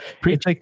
Preach